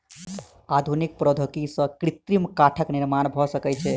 आधुनिक प्रौद्योगिकी सॅ कृत्रिम काठक निर्माण भ सकै छै